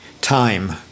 time